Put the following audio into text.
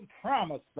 promise